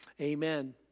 Amen